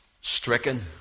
stricken